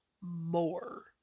more